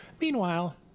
Meanwhile